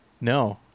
No